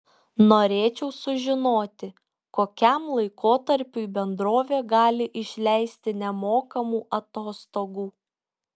norėčiau sužinoti kokiam laikotarpiui bendrovė gali išleisti nemokamų atostogų